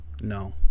No